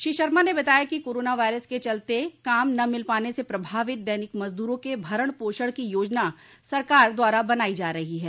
श्री शर्मा ने बताया कि कोरोना वायरस के चलते काम न मिल पाने से प्रभावित दैनिक मजदूरों के भरण भोषण की योजना सरकार द्वारा बनाई जा रही है